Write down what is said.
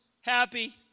happy